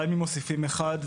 גם אם מוסיפים אחד,